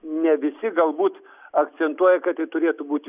ne visi galbūt akcentuoja kad tai turėtų būti